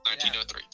1903